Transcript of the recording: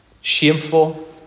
shameful